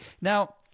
Now